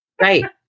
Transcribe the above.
Right